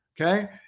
Okay